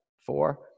four